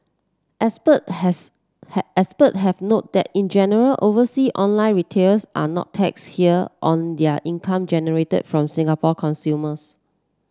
expert has expert have noted that in general oversea online retailers are not taxed here on their income generated from Singapore consumers